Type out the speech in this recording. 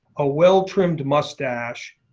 a well trimmed mustache,